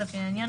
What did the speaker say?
לפי העניין,